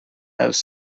els